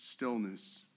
Stillness